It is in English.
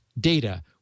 data